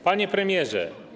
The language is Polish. Panie Premierze!